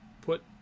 put